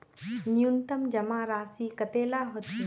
न्यूनतम जमा राशि कतेला होचे?